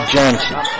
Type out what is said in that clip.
Johnson